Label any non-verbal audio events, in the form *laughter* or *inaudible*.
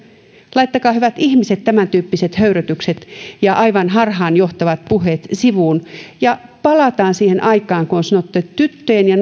laittakaa hyvät ihmiset tämäntyyppiset höyrytykset ja aivan harhaanjohtavat puheet sivuun ja palataan siihen aikaan kun on sanottu että erilaisten tyttöjen ja *unintelligible*